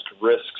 risks